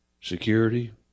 security